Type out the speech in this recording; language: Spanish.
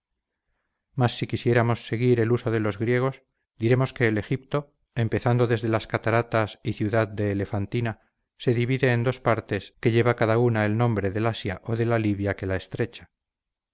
mas si quisiéramos seguir el uso de los griegos diremos que el egipto empezando desde ha cataratas y ciudad de elefantina se divide en dos partes que lleva cada una el nombre del asia o de la libia que la estrecha